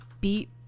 beat